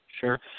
sure